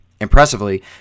Impressively